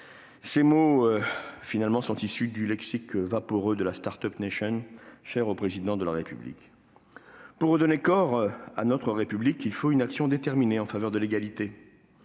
Ces mots sont issus du lexique vaporeux de la « start-up nation » chère au Président de la République. Pour redonner corps à notre République, il faut une action déterminée en faveur de l'égalité.